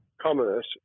commerce